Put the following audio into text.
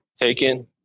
taken